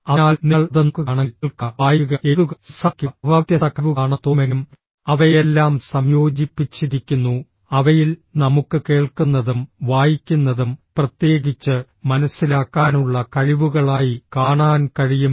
അതിനാൽ നിങ്ങൾ അത് നോക്കുകയാണെങ്കിൽ കേൾക്കുക വായിക്കുക എഴുതുക സംസാരിക്കുക അവ വ്യത്യസ്ത കഴിവുകളാണെന്ന് തോന്നുമെങ്കിലും അവയെല്ലാം സംയോജിപ്പിച്ചിരിക്കുന്നു അവയിൽ നമുക്ക് കേൾക്കുന്നതും വായിക്കുന്നതും പ്രത്യേകിച്ച് മനസ്സിലാക്കാനുള്ള കഴിവുകളായി കാണാൻ കഴിയും